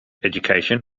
education